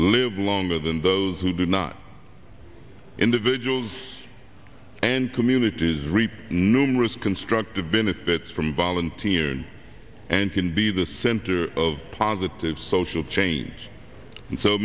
live longer than those who do not individuals and communities reap numerous constructive benefits from volunteers and can be the center of positive social change and so